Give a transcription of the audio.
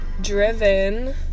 driven